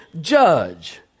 judge